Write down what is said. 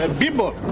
and people,